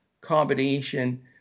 combination